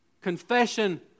Confession